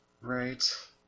Right